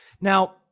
Now